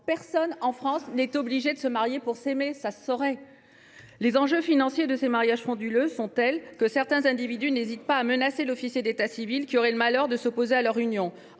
Personne en France n’est obligé de se marier pour s’aimer, sinon cela se saurait ! Les enjeux financiers de ces mariages frauduleux sont tels que certains individus n’hésitent pas à menacer l’officier d’état civil qui aurait le malheur de s’opposer à leur union.